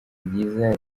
ryiza